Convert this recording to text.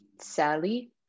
Sally